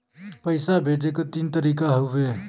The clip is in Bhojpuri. पइसा भेजे क तीन तरीका हउवे